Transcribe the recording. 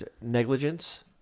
Negligence